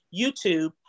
YouTube